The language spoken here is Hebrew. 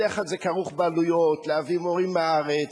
בדרך כלל זה כרוך בעלויות, להביא מורים מהארץ.